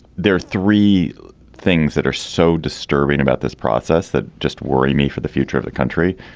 there are three things that are so disturbing about this process that just worry me for the future of the country.